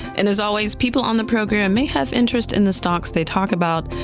and as always, people on the program may have interest in the stocks they talk about,